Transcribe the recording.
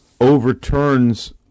overturns